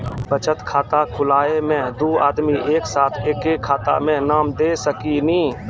बचत खाता खुलाए मे दू आदमी एक साथ एके खाता मे नाम दे सकी नी?